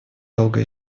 долго